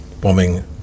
bombing